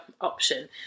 option